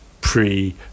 pre